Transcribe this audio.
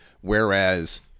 Whereas